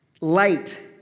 light